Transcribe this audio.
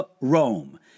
Rome